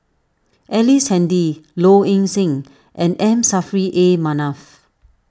Ellice Handy Low Ing Sing and M Saffri A Manaf